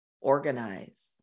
organize